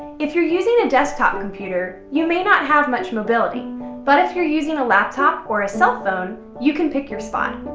if you're using a desktop computer, you may not have much mobility but if you're using a laptop or a cell phone, you can pick your spot.